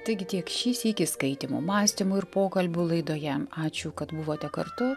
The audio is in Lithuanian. taigi tiek šį sykį skaitymų mąstymų ir pokalbių laidoje ačiū kad buvote kartu